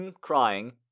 crying